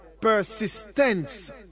Persistence